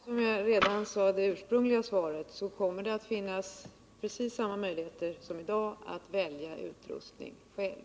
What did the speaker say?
Herr talman! Som jag sade redan i det ursprungliga svaret kommer det att finnas precis samma möjligheter som i dag att välja utrustning själv.